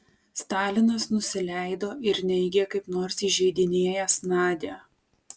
stalinas nusileido ir neigė kaip nors įžeidinėjęs nadią